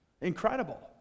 Incredible